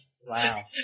Wow